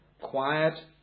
quiet